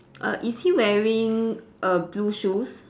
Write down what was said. err is he wearing err blue shoes